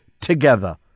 together